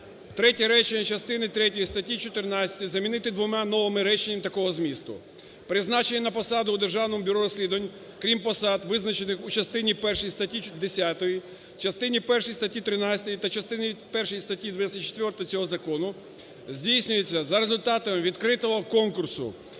третє речення частини третьої статті 14 замінити двома новими реченнями такого змісту: "Призначення на посади у Державному бюро розслідувань, крім посад, визначених у частині першій статті 10, частині першій статті 13 та частині першій статті 24 цього закону, здійснюється за результатами відкритого конкурсу,